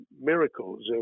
miracles